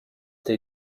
they